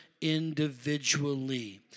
individually